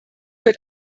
wird